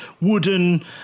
wooden